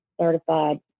certified